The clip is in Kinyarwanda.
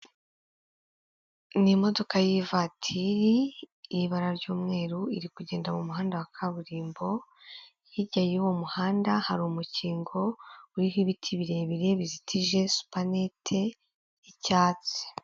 Ni imodoka y'ivatiri y'ibara ry'umweru iri kugenda mu muhanda wa kaburimbo, hirya y'uwo muhanda hari umukingo uriho ibiti birebire bizitije supanete y'icyatsi.